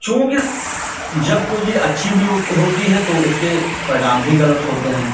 चूँकि जब कोई चीज़ अच्छी भी हो होती है तो उसके परिणाम भी गलत होते हैं